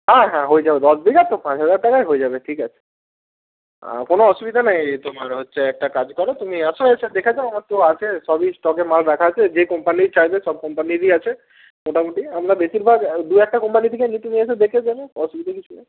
হ্যাঁ হ্যাঁ হয়ে যাবে দশ বিঘা তো পাঁচ হাজার টাকায় হয়ে যাবে ঠিক আছে কোনো অসুবধা নেই তোমার হচ্ছে একটা কাজ করো তুমি আসো এসে দেখে যাও আমার তো আছে সবাই স্টকে মাল রাখা আছে যে কোম্পানির চাইবে সব কোম্পানিরই আছে মোটামুটি আমরা বেশিরভাগ দু একটা কোম্পানি থেকে মিটিংয়ে এসে দেখে যাবে অসুবিধে কিছু নেই